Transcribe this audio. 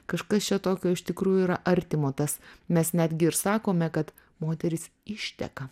kažkas čia tokio iš tikrųjų yra artimo tas mes netgi ir sakome kad moterys išteka